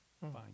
fine